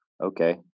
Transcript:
okay